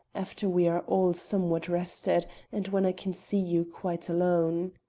after we are all somewhat rested and when i can see you quite alone.